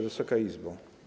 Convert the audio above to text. Wysoka Izbo!